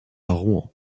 rouen